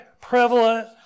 prevalent